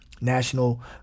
National